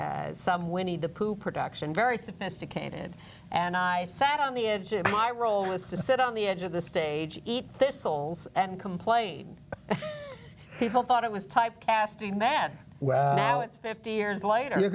as some winnie the pooh production very sophisticated and i sat on the edge my role is to sit on the edge of the stage eat this souls and complain people thought it was typecasting that well now it's fifty years later you